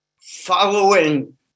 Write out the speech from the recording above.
following